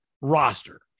roster